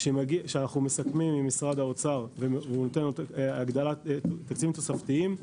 כשאנחנו מסכמים עם משרד האוצר והוא נותן תקציבים תוספתיים,